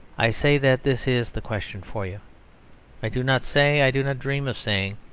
i say that this is the question for you i do not say, i do not dream of saying,